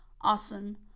awesome